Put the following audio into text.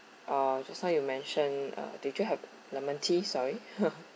uh just now you mentioned uh did you have lemon tea sorry